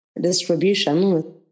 distribution